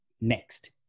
next